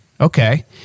Okay